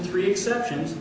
three exceptions